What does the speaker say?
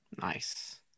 Nice